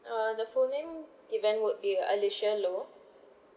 uh the full name given would be alicia low